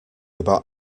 about